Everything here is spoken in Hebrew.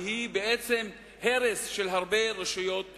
והיא בעצם הרס של הרבה רשויות מקומיות.